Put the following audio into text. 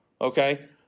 Okay